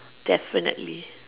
definitely